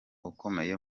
ukomeye